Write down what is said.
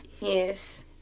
Yes